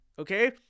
okay